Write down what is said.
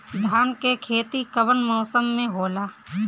धान के खेती कवन मौसम में होला?